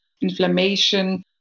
inflammation